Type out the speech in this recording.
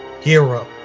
Hero